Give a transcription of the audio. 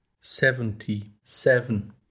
Seventy-seven